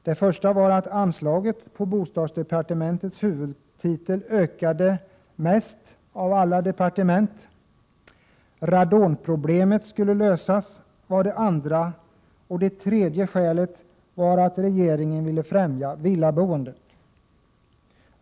Det första var att anslaget på bostadsdepartementets huvudtitel ökade mest av alla departement. Radonproblemet skulle lösas var det andra argumentet, och det tredje var att regeringen ville främja villaboendet.